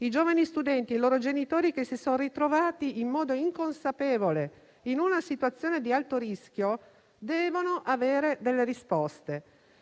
I giovani studenti e i loro genitori, che si sono ritrovati in modo inconsapevole in una situazione di alto rischio, devono avere delle risposte,